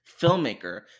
filmmaker